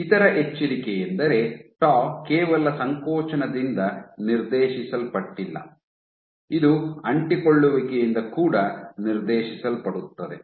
ಇತರ ಎಚ್ಚರಿಕೆಯೆಂದರೆ ಟೌ ಕೇವಲ ಸಂಕೋಚನದಿಂದ ನಿರ್ದೇಶಿಸಲ್ಪಟ್ಟಿಲ್ಲ ಇದು ಅಂಟಿಕೊಳ್ಳುವಿಕೆಯಿಂದ ಕೂಡ ನಿರ್ದೇಶಿಸಲ್ಪಡುತ್ತದೆ